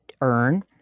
earn